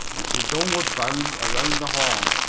and she's homeward bound around the horn.